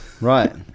Right